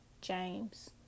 James